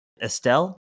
Estelle